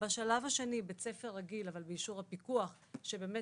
בשלב השני בית ספר רגיל אבל באישור הפיקוח שבאמת